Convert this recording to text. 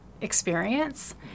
experience